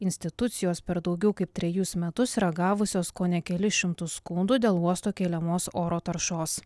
institucijos per daugiau kaip trejus metus yra gavusios kone kelis šimtus skundų dėl uosto keliamos oro taršos